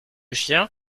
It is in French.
chien